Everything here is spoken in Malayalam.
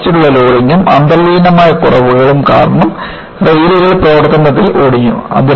ആവർത്തിച്ചുള്ള ലോഡിംഗും അന്തർലീനമായ കുറവുകളും കാരണം റെയിലുകൾ പ്രവർത്തനത്തിൽ ഒടിഞ്ഞു